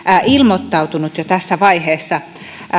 ilmoittautunut jo tässä vaiheessa